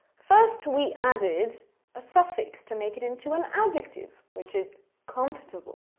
first, we added a suffix to make it into an adjective, which is comfortable.